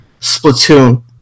Splatoon